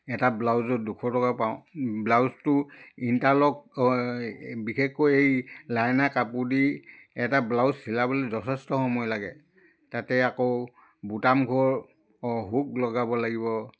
এটা ব্লাউজত দুশ টকা পাওঁ ব্লাউজটো ইণ্টাৰলক বিশেষকৈ এই লাইনাৰ কাপোৰ দি এটা ব্লাউজ চিলাবলৈ যথেষ্ট সময় লাগে তাতে আকৌ বুটামঘৰ অঁ হুক লগাব লাগিব